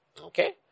Okay